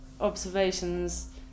observations